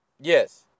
Yes